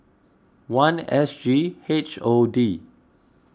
one S G H O D